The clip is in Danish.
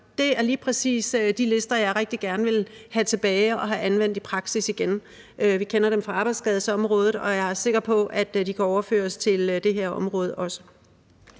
Det er lige præcis de lister, som jeg rigtig gerne vil have tilbage og have anvendt i praksis igen. Vi kender dem for arbejdsskadeområdet, og jeg er sikker på, at de også kan overføres til det her område.